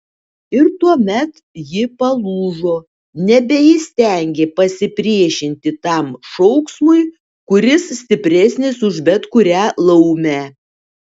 ir tuomet ji palūžo nebeįstengė pasipriešinti tam šauksmui kuris stipresnis už bet kurią laumę